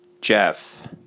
Jeff